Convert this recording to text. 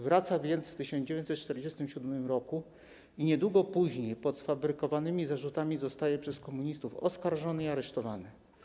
Wrócił więc w 1947 r. i niedługo później pod sfabrykowanymi zarzutami został przez komunistów oskarżony i aresztowany.